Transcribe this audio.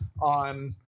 on